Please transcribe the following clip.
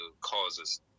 causes